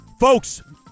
Folks